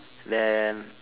then